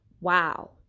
wow